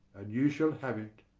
and you shall have it.